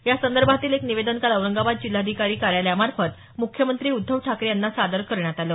यासंदर्भातील एक निवेदन काल औरंगाबाद जिल्हाधिकारी कार्यालयामार्फत मुख्यमंत्री उद्धव ठाकरे यांना सादर करण्यात आलं